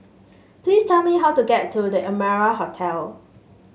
please tell me how to get to The Amara Hotel